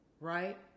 right